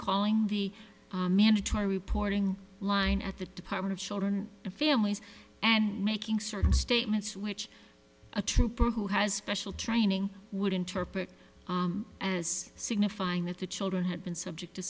calling the mandatory reporting line at the department of children and families and making certain statements which a trooper who has special training would interpret as signifying that the children had been subject to